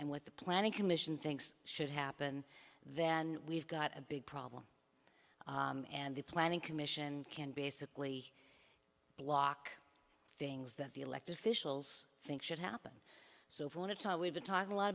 and what the planning commission thinks should happen then we've got a big problem and the planning commission can basically block things that the elected officials think should happen so if you want to talk we've been talking a lot